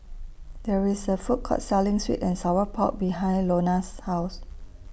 There IS A Food Court Selling Sweet and Sour Pork behind Lonna's House